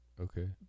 Okay